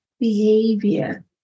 behavior